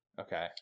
Okay